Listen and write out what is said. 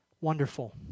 wonderful